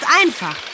einfach